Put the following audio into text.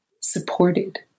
supported